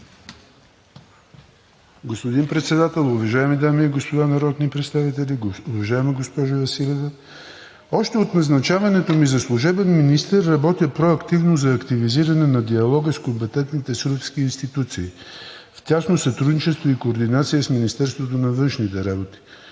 Господин Председател, уважаеми дами и господа народни представители! Уважаема госпожо Василева, още от назначаването ми за служебен министър работя проактивно за активизиране на диалога с компетентните сръбски институции. В тясно сътрудничество и координация сме с Министерството на външните работи